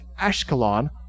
Ashkelon